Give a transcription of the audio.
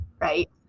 right